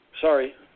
Sorry